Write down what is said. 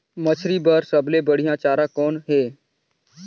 मछरी बर सबले बढ़िया चारा कौन हे?